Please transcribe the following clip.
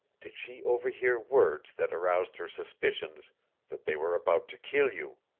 did she overhear words that aroused her suspicions that they were about to kill you.